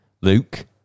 Luke